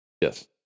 Yes